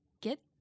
get